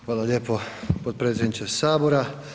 Hvala lijepo potpredsjedniče sabora.